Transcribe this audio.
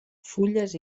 fulles